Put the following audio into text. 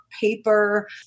paper